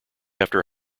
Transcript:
after